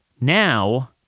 Now